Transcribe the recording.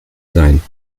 sein